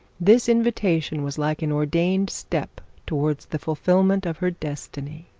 this invitation was like an ordained step towards the fulfilment of her destiny,